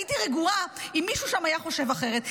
הייתי רגועה אם מישהו שם היה חושב אחרת,